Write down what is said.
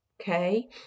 Okay